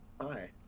Hi